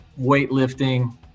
weightlifting